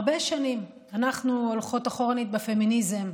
הרבה שנים אנחנו הולכות אחורנית בפמיניזם,